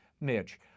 Mitch